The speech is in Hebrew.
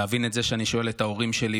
להבין את זה שאני שואל את ההורים שלי